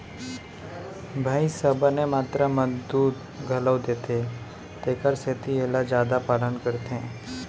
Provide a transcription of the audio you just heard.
भईंस ह बने मातरा म दूद घलौ देथे तेकर सेती एला जादा पालन करथे